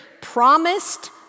promised